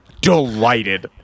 delighted